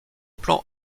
plan